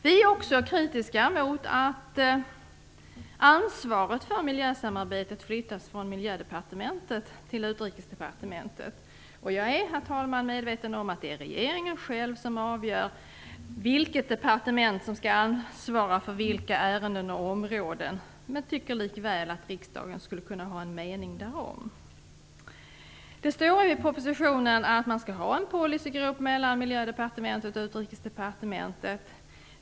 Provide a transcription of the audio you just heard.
Vi är också kritiska mot att ansvaret för miljösamarbetet flyttas från Miljödepartementet till Utrikesdepartementet. Jag är, herr talman, medveten om att det är regeringen själv som avgör vilket departement som skall ansvara för vilka ärenden och områden, men tycker likväl att riksdagen skulle kunna ha en mening därom. Det står i propositionen att Miljödepartementet och Utrikesdepartementet skall ha en gemensam policygrupp.